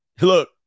Look